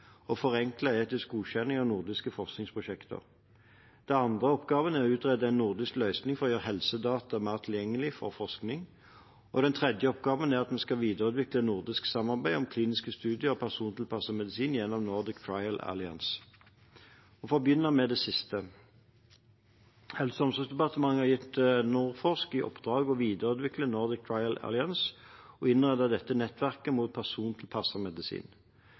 forenkle etisk godkjenning av nordiske forskningsprosjekter. Den andre oppgaven er å utrede en nordisk løsning for å gjøre helsedata mer tilgjengelig for forskning. Og den tredje oppgaven er at vi skal videreutvikle nordisk samarbeid om kliniske studier og persontilpasset medisin gjennom Nordic Trial Alliance. For å begynne med det siste: Helse- og omsorgsdepartementet har gitt NordForsk i oppdrag å videreutvikle Nordic Trial Alliance og innrette dette nettverket mot persontilpasset medisin.